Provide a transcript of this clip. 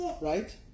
right